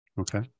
Okay